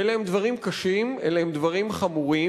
ואלה הם דברים קשים, אלה הם דברים חמורים.